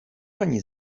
pani